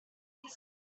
note